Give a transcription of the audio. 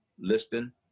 Liston